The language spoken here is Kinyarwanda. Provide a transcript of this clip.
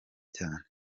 cyane